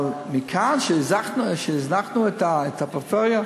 אבל מכאן, שהזנחנו את הפריפריה?